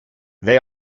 they